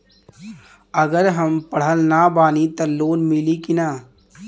अगर हम पढ़ल ना बानी त लोन मिली कि ना?